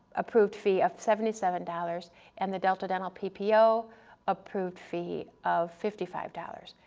approved fee of seventy seven dollars and the delta dental ppo approved fee of fifty five dollars,